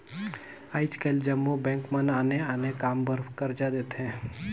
आएज काएल जम्मो बेंक मन आने आने काम बर करजा देथे